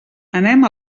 anem